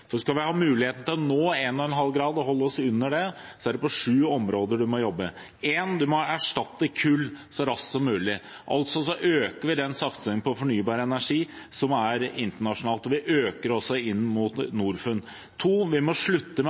nasjonalt. Skal vi ha mulighet til å nå 1,5 grader og holde oss under det, er det på sju områder vi må jobbe: En må erstatte kull så raskt som mulig. Vi øker satsingen på fornybar energi, som er internasjonalt, og vi øker også inn mot Norfund. Vi må slutte med